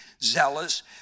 zealous